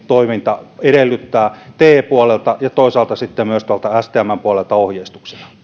toiminta edellyttää te puolelta ja toisaalta sitten myös tuolta stmn puolelta ohjeistuksina